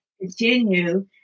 continue